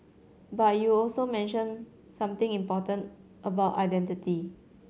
but you also mentioned something important about identity